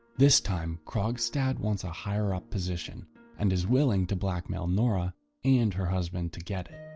this time, krogstad wants a higher up position and is willing to blackmail nora and her husband to get it.